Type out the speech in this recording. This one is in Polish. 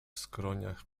skroniach